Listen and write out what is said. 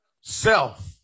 self